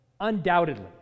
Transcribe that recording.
undoubtedly